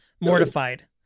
mortified